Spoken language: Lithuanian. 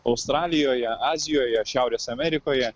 australijoje azijoje šiaurės amerikoje